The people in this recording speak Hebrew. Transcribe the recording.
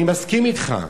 אני מסכים אתך,